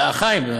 חיים,